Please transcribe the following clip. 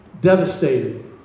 devastated